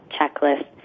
checklist